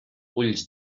ulls